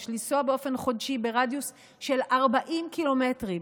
לנסוע באופן חודשי ברדיוס של 40 ק"מ.